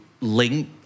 link